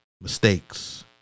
mistakes